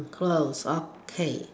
closed okay